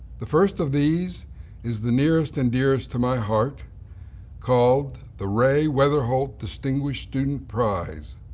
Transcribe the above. the first of these is the nearest and dearest to my heart called the ray weatherholt distinguished student prize.